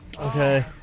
Okay